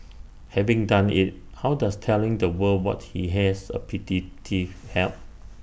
having done IT how does telling the world what he has A petty thief help